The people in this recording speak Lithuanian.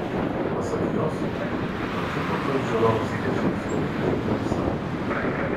pasak jos tokiu būdu žiūrovas kviečiamas kolektyviniam sapnui